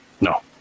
No